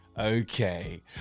okay